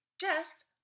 Jess